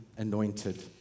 anointed